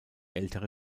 ältere